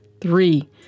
Three